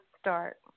start